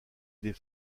des